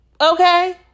Okay